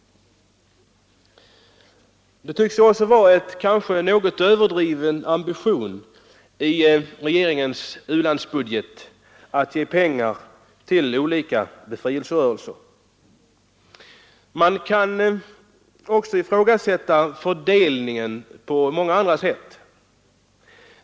Det tycks för övrigt vara en något överdriven ambition i regeringens u-hjälpsbudget att ge pengar till olika befrielserörelser. Också på många andra sätt kan fördelningen ifrågasättas.